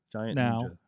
now